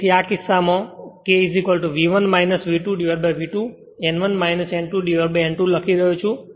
તેથી આ કિસ્સામાં હું K V1 V2V2 N1 N2N2 લખી રહ્યો છું